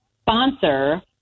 sponsor